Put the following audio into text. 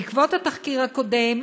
בעקבות התחקיר הקודם,